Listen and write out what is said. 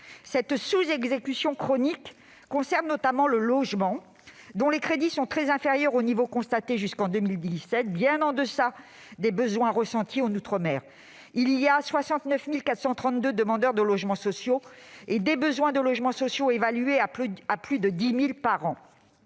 Cette sous-exécution chronique concerne notamment le logement, dont les crédits sont très inférieurs au niveau constaté jusqu'en 2017 et bien en deçà des besoins ressentis en outre-mer. Il y a 69 432 demandeurs de logements sociaux et les besoins de logements sociaux sont évalués à plus de 10 000 par an.